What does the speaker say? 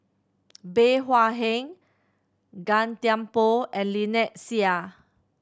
Bey Hua Heng Gan Thiam Poh and Lynnette Seah